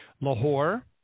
lahore